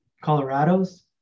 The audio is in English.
Colorados